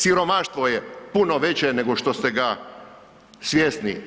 Siromaštvo je puno veće nego što ste ga svjesni.